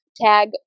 tag